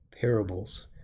Parables